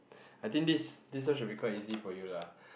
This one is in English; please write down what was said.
I think this this one should be quite easy for you lah